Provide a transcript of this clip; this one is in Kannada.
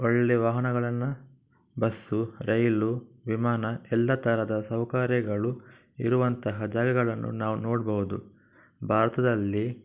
ಒಳ್ಳೆಯ ವಾಹನಗಳನ್ನು ಬಸ್ಸು ರೈಲು ವಿಮಾನ ಎಲ್ಲ ಥರದ ಸೌಕರ್ಯಗಳು ಇರುವಂತಹ ಜಾಗಗಳನ್ನು ನಾವು ನೋಡ್ಬೌದು ಭಾರತದಲ್ಲಿ